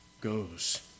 goes